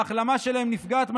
וההחלמה שלהם נפגעת משמעותית.